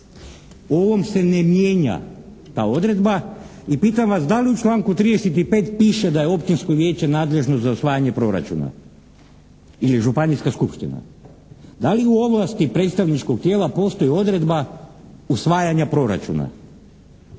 U ovom se ne mijenja ta odredba i pitam vas da li u članku 35. piše da je općinsko vijeće nadležno za usvajanje proračuna ili županijska skupština. Da li u ovlasti predstavničkog tijela postoji odredba usvajanja proračuna?